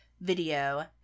video